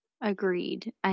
Agreed